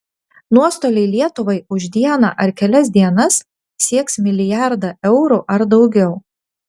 nuostoliai lietuvai už dieną ar kelias dienas sieks milijardą eurų ar daugiau